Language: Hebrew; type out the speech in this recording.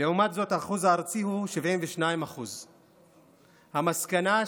לעומת זאת האחוז הארצי הוא 72%. המסקנה: